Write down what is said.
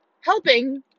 helping